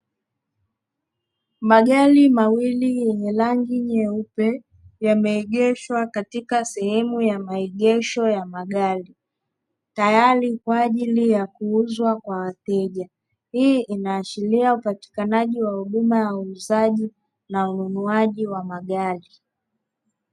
Magari mawili yenye rangi nyeupe imeegeshwa katika sehemu ya maegesho ya magari, tayari kwa ajili ya kuuzwa kwa wateja. Hii inaashiria upatikanaji wa huduma ya uuzaji na ununuaji wa magari.